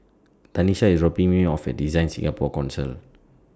Tanisha IS dropping Me off At DesignSingapore Council